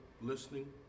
listening